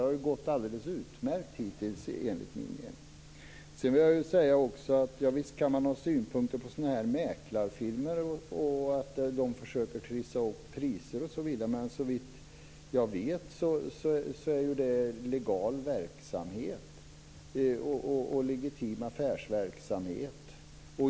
Det har gått alldeles utmärkt hittills, enligt min mening. Visst kan man ha synpunkter på mäklarfirmor och på att de försöker trissa upp priser. Men såvitt jag vet är det legal verksamhet och legitim affärsverksamhet.